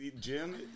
Jim